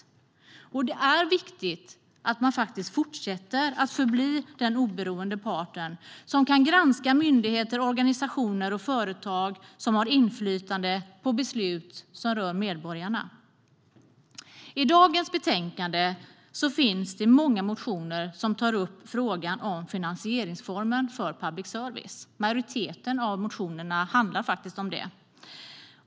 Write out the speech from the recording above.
Det är viktigt att man förblir den oberoende part som kan granska myndigheter, organisationer och företag som har inflytande på beslut som rör medborgarna.I dagens betänkande finns det många motioner som tar upp frågan om finansieringsformen för public service. Majoriteten av motionerna handlar faktiskt om det.